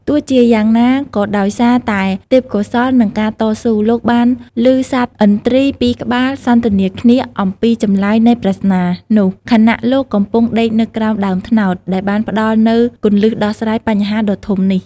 ទោះជាយ៉ាងណាក៏ដោយសារតែទេពកោសល្យ និងការតស៊ូ លោកបានលឺសត្វឥន្ទ្រីពីរក្បាលសន្ទនាគ្នាអំពីចម្លើយនៃប្រស្នានោះ ខណៈលោកកំពុងដេកនៅក្រោមដើមត្នោត ដែលបានផ្តល់នូវគន្លឹះដោះស្រាយបញ្ហាដ៏ធំនេះ។